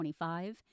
25